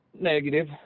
Negative